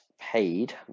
paid